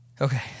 Okay